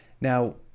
now